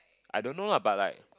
I don't know lah but like